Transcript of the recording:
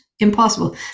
impossible